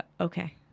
Okay